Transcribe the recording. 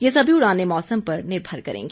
यह सभी उड़ाने मौसम पर निर्भर करेंगी